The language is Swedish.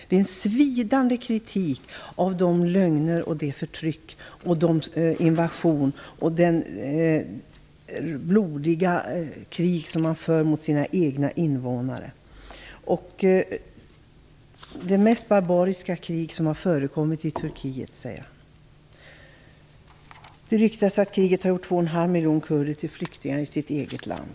Det är en svidande kritik av de lögner, det förtryck, den invasion och det blodiga krig som förs mot landets egna invånare. Han säger att det är det mest barbariska krig som har förekommit i Turkiet. Det ryktas om att kriget bl.a. har gjort 2,5 miljoner kurder till flyktingar i sitt eget land.